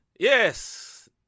Yes